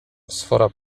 sfora